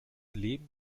leben